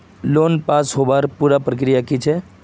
Loan pass होबार पुरा प्रक्रिया की छे?